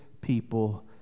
people